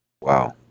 wow